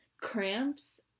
cramps